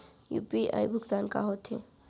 UPI भुगतान का होथे?